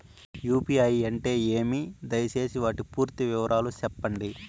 UPI అంటే ఏమి? దయసేసి వాటి పూర్తి వివరాలు సెప్పండి?